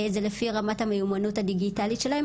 זה על פי רמת המיומנות הדיגיטלית שלהן.